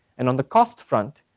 and on the cost front,